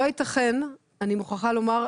אני מוכרחה לומר,